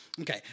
Okay